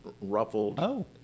ruffled